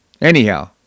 Anyhow